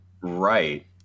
Right